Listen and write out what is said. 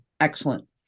Excellent